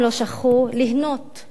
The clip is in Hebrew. (השלמת דין-וחשבון וחוות דעת על-ידי מבקר שכהונתו תמה),